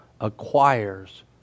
acquires